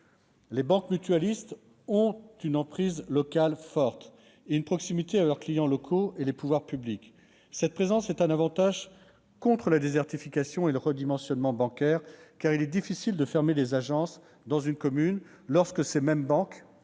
Les banques mutualistes ont une emprise locale forte et garantissent une proximité avec leurs clients locaux et les pouvoirs publics. Cette présence est un avantage contre la désertification et le redimensionnement bancaires. En effet, il est difficile de fermer des agences dans une commune lorsque ces banques